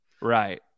Right